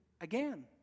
again